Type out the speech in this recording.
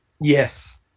Yes